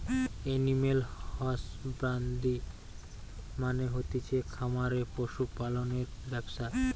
animal husbandry মানে হতিছে খামারে পশু পালনের ব্যবসা